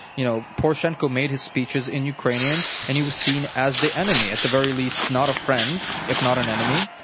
you know, poroshenko made his speeches in ukrainian, and he was seen as the enemy. at the very least, not a friend, if not an enemy,